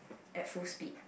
at full speed